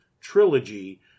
trilogy